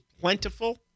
plentiful